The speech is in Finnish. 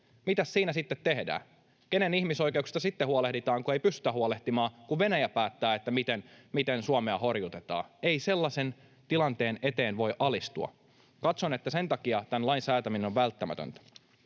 Mitäs siinä sitten tehdään? Kenen ihmisoikeuksista sitten huolehditaan, kun ei pystytä huolehtimaan, kun Venäjä päättää, miten Suomea horjutetaan? Ei sellaisen tilanteen eteen voi alistua. Katson, että sen takia tämän lain säätäminen on välttämätöntä.